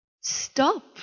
Stop